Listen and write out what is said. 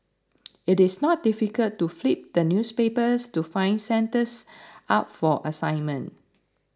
it is not difficult to flip the newspapers to find centres up for assignment